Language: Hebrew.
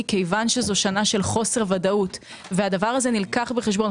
כיוון שזו שנה של חוסר ודאות והדבר הזה נלקח בחשבון,